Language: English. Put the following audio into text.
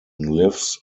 lives